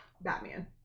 Batman